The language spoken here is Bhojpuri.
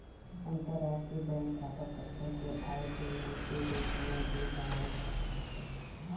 अंतरराष्ट्रीय बैंक खाता संख्या के आई.बी.ए.एन के रूप में भी जानल जात बाटे